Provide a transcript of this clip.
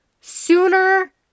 sooner